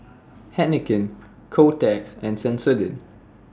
Heinekein Kotex and Sensodyne